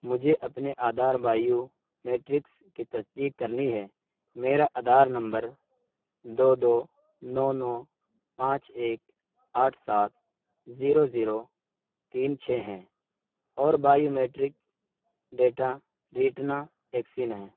مجھے اپنے Aadhaar biometrics کی تصدیق کرنی ہے میرا آدھار نمبر دو دو نو نو پانچ ایک آٹھ سات زیرو زیرو تین چھ ہے اور بائیو میٹرک ڈیٹا ریٹنا ایکسین ہے